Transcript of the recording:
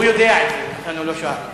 הוא יודע את זה ולכן הוא לא שאל.